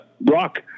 Brock